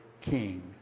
king